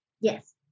Yes